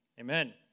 Amen